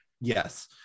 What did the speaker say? Yes